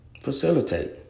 Facilitate